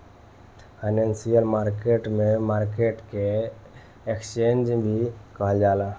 financial market में market के exchange भी कहल जाला